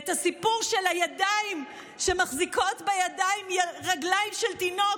את הסיפור של הידיים שמחזיקות רגליים של תינוק,